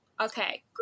Okay